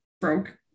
broke